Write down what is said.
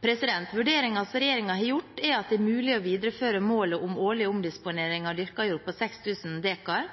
som regjeringen har gjort, er at det er mulig å videreføre målet om årlig omdisponering av dyrket jord på 6 000 dekar,